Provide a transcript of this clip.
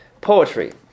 Poetry